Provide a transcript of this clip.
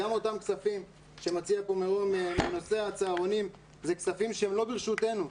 ‏גם אותם כספים שמציע פה מירום בנושא הצהרונים ‏אלה כספים שלא ברשותנו,